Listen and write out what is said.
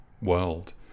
world